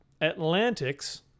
Atlantics